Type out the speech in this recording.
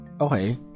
okay